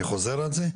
אני חוזר על זה,